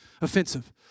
offensive